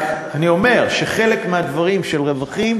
רק אני אומר שחלק מהדברים של רווחים,